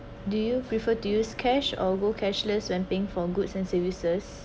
do you prefer to use cash or go cashless when paying for goods and services